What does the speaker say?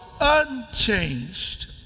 unchanged